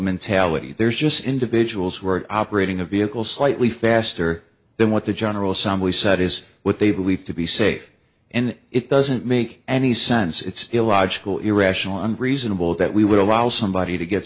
mentality there's just individuals who are operating a vehicle slightly faster than what the general somebody said is what they believe to be safe and it doesn't make any sense it's illogical irrational and reasonable that we would allow somebody to get